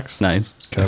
Nice